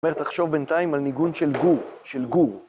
זאת אומרת, תחשוב בינתיים על ניגון של גור, של גור.